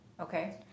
Okay